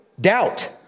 doubt